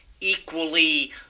equally